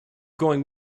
going